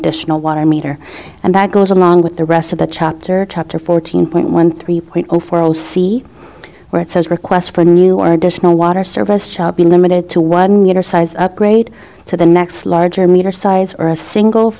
additional water meter and that goes along with the rest of the chapter chapter fourteen point one three point zero four all see where it says requests for new are additional water service shall be limited to one meter size upgrade to the next larger meter size or a single